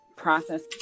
process